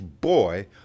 boy